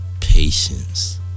patience